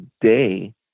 day